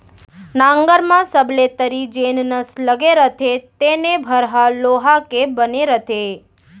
नंगर म सबले तरी जेन नस लगे रथे तेने भर ह लोहा के बने रथे